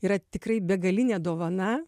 yra tikrai begalinė dovana